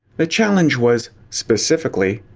the challenge was, specifically,